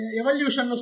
evolution